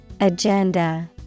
Agenda